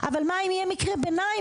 אבל מה אם יהיה מקרה ביניים?